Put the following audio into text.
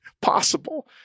possible